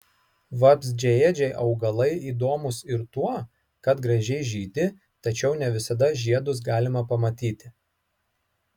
vabzdžiaėdžiai augalai įdomūs ir tuo kad gražiai žydi tačiau ne visada žiedus galima pamatyti